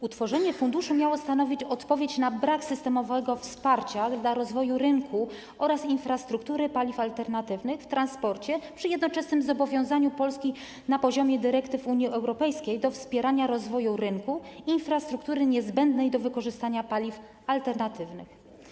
Utworzenie funduszu miało stanowić odpowiedź na brak systemowego wsparcia dla rozwoju rynku oraz infrastruktury paliw alternatywnych w transporcie przy jednoczesnym zobowiązaniu Polski na poziomie dyrektyw Unii Europejskiej do wspierania rozwoju rynku i infrastruktury niezbędnej do wykorzystania paliw alternatywnych.